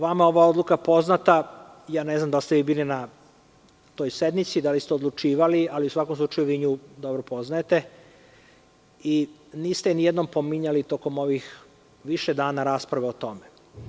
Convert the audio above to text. Vama je ova odluka poznata, ne znam da li ste vi bili na toj sednici, da li ste odlučivali, ali u svakom slučaju vi nju dobro poznajete, i niste je ni jednom pominjali tokom ovih više dana rasprave o tome.